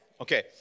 Okay